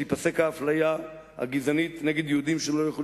שתיפסק האפליה הגזענית נגד יהודים שלא יוכלו